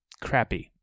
crappy